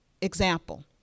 example